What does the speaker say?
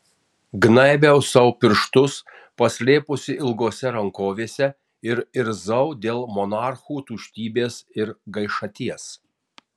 gnaibiau sau pirštus paslėpusi ilgose rankovėse ir irzau dėl monarchų tuštybės ir gaišaties